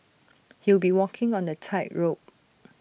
he'll be walking on A tightrope